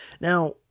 Now